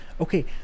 Okay